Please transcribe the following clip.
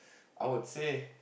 I would say